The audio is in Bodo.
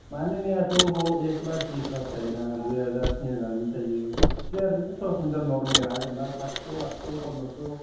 मा नोंनियाथ' ए ख्लास बि ख्लास थायोना दुइहाजार थिन हाजार बिदि थायो जेखि जाया ओरैनो सरासन्स्रा नर्मेला जेनेबा सादस' आदस' फन्द्रस'